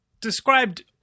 described